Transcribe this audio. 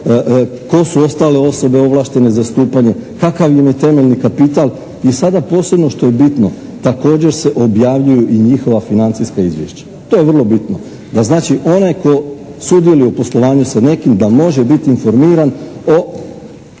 tko su ostale osobe ovlaštene za stupanje, kakav im je temeljni kapital. I sada posebno što je bitno, također se objavljuju i njihova financijska izvješća. To je vrlo bitno. Da znači onaj tko sudjeluje u poslovanju sa nekim da može biti informiran o